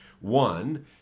one